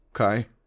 Okay